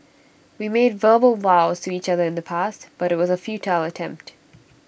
we made verbal vows to each other in the past but IT was A futile attempt